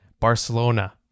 Barcelona